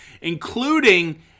including